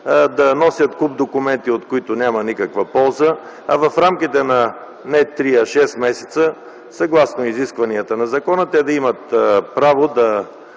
да носят куп документи, от които няма никаква полза, а в рамките не на три, а на шест месеца, съгласно изискванията на закона, те да имат право да